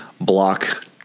block